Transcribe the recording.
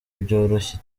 byaroroshye